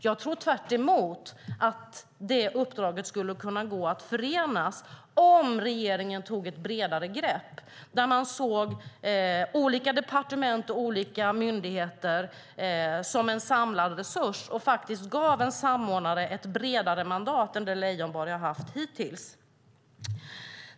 Jag tror tvärtemot att det uppdraget skulle kunna gå att förena om regeringen tog ett bredare grepp, där man såg olika departement och olika myndigheter som en samlad resurs och faktiskt gav en samordnare ett bredare mandat än det Leijonborg har haft hittills.